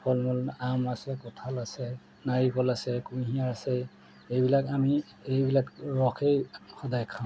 ফল মূল আম আছে কঁঠাল আছে নাৰিকল আছে কুঁহিয়াৰ আছে এইবিলাক আমি এইবিলাক ৰসেই সদায় খাওঁ